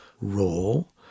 role